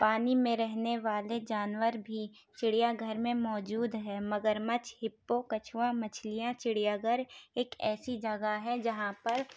پانی میں رہنے والے جانور بھی چڑیا گھر میں موجود ہے مگرمچھ ہیپو کچھوا مچھلیاں چڑیا گھر ایک ایسی جگہ ہے جہاں پر